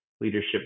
Leadership